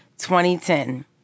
2010